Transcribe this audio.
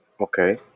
Okay